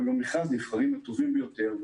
ובמכרז נבחרים הטובים ביותר,